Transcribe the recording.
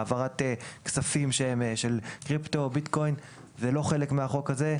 העברת כספים שהם קריפטו או ביטקוין היא לא חלק מהחוק הזה,